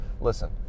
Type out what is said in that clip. listen